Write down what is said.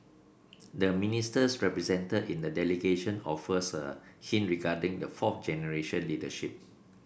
the Ministers represented in the delegation offers a hint regarding the fourth generation leadership